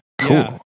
cool